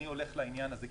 אני הולך לעניין הזה,